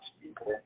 people